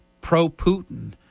pro-Putin